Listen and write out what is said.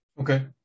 Okay